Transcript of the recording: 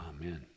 amen